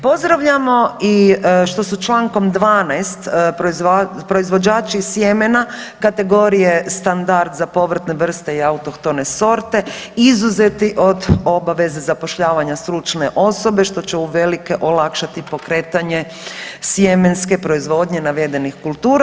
Pozdravljamo i što su čl. 12 proizvođači sjemena kategorije standard za povrtne vrste i autohtone sorte izuzeti od obaveze zapošljavanja stručne osobe, što će uvelike olakšati pokretanja sjemenske proizvodnje navedenih kultura.